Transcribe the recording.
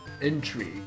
Intrigue